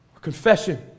confession